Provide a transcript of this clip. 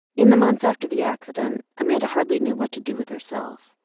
in the months after the accident, amanda hardly knew what to do with herself.